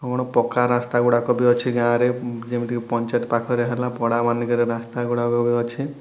ଅ ପକ୍କା ରାସ୍ତା ଗୁଡ଼ାକ ବି ଅଛି ଗାଁରେ ଯେମିତି କି ପଞ୍ଚାୟତ ପାଖରେ ହେଲା ପଡ଼ା ମାନଙ୍କରେ ରାସ୍ତା ଗୁଡ଼ାକ ବି ଅଛି